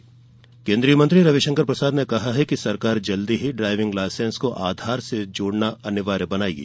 driving licence Aadhaar केन्द्रीय मंत्री रवि शंकर प्रसाद ने कहा है कि सरकार जल्द ही ड्राइविंग लाईसेंस को आधार से जोड़ना अनिवार्य बनाएगी